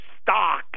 stock